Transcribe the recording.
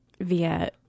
via